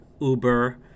Uber